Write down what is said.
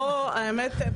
האמת,